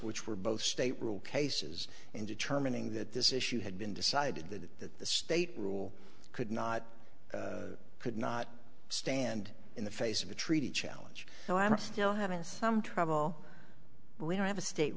which were both state rule cases in determining that this issue had been decided that the state rule could not could not stand in the face of a treaty challenge so i'm still having some trouble when i have a state